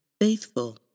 faithful